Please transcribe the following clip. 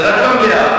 זה רק במליאה.